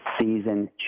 season